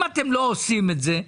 אם אתם לא עושים את זה,